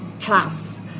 class